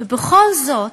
ובכל זאת,